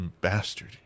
bastard